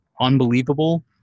unbelievable